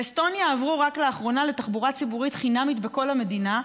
באסטוניה עברו רק לאחרונה לתחבורה ציבורית חינמית בכל המדינה,